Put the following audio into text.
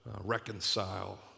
reconcile